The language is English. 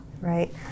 Right